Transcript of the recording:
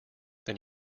than